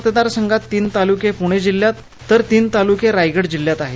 मतदारसंघात तीन तालुके पुणे जिल्ह्यात तर तीन तालुके रायगड जिल्ह्यात आहेत